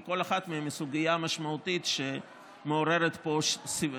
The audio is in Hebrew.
כי כל אחת מהן היא סוגיה משמעותית שמעוררת פה סימני